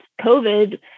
COVID